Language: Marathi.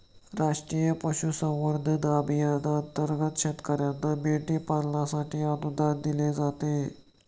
राष्ट्रीय पशुसंवर्धन अभियानांतर्गत शेतकर्यांना मेंढी पालनासाठी अनुदान दिले जाते